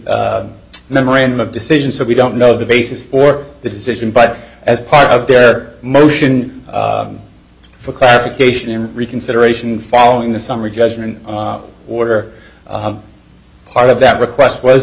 the memorandum of decision so we don't know the basis for the decision but as part of their motion for clarification and reconsideration following the summary judgment order part of that request was